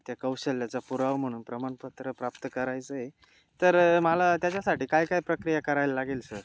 त्या कौशल्याचा पुरावा म्हणून प्रमाणपत्र प्राप्त करायचं आहे तर मला त्याच्यासाठी काय काय प्रक्रिया करायला लागेल सर